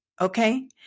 Okay